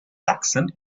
sachsen